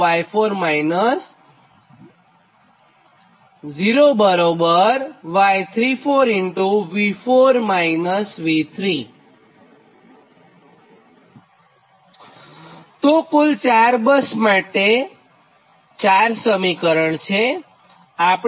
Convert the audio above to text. તો કુલ 4 બસ 1234 માટે કુલ 4 સમીકરણ છે